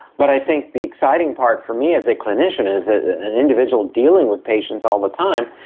but i think the exciting part for me as a clinician, as an individual dealing with patients all the time,